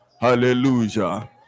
Hallelujah